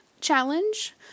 challenge